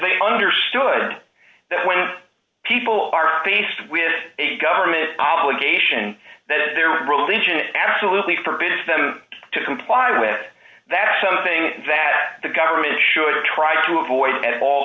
they understood that when people are faced with a government obligation that is their religion it absolutely forbids them to comply with that other thing that the government should try to avoid at all